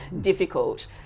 difficult